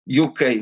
UK